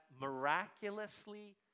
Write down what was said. miraculously